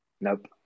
Nope